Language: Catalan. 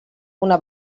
una